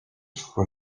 for